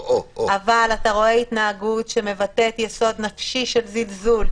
אבל אתה רואה התנהגות שמבטאת יסוד נפשי של זלזול,